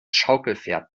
schaukelpferd